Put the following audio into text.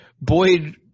Boyd